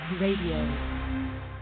RADIO